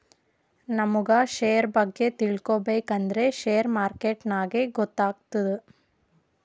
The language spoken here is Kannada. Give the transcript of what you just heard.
ನಮುಗ್ ಶೇರ್ ಬಗ್ಗೆ ತಿಳ್ಕೋಬೇಕು ಅಂದ್ರ ಶೇರ್ ಮಾರ್ಕೆಟ್ ನಾಗೆ ಗೊತ್ತಾತ್ತುದ